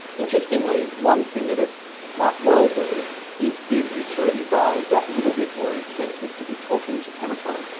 interestingly, one thing that it might well do is give utility buyers that little bit more incentive to be talking to cameco.